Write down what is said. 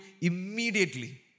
immediately